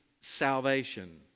salvation